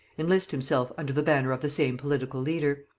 enlist himself under the banner of the same political leader.